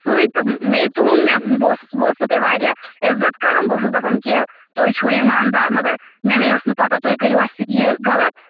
سُے تہٕ مے تُہُنٛد بہٕ اوسُس بہٕ اوسُس تۄہہِ واریاہ عزت کَران بہٕ اوسُس دَپان کہِ تُہۍ چھُو ایٖمانٛدار مگر مےٚ نَے ٲس نہٕ پَتاہ تُہۍ کٔرِو اَسہِ سۭتۍ یہِ غلط